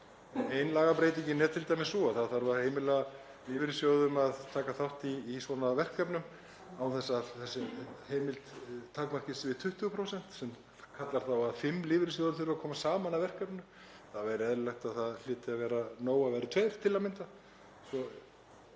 Ein lagabreytingin er t.d. sú að það þarf að heimila lífeyrissjóðum að taka þátt í svona verkefnum án þess að þessi heimild takmarkist við 20%, sem kallar þá á að fimm lífeyrissjóðir þurfi að koma saman að verkefnum. Það væri eðlilegt að það væri nóg að þeir væru tveir til að mynda